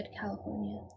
California